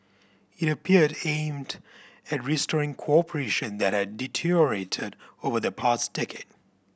it appeared aimed at restoring cooperation that had deteriorated over the past decade